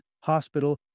hospital